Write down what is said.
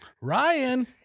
Ryan